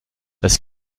als